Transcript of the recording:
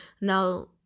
Now